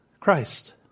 Christ